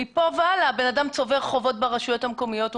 מכאן והלאה הבן אדם צובר חובות ברשויות המקומיות,